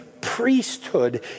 priesthood